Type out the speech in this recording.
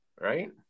right